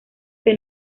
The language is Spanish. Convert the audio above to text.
que